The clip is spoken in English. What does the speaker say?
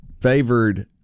favored